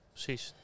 Precies